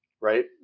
Right